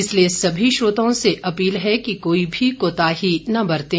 इसलिए सभी श्रोताओं से अपील है कि कोई भी कोताही न बरतें